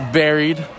buried